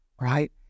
right